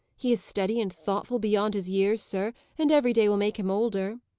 he is steady and thoughtful beyond his years, sir, and every day will make him older.